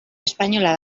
espainola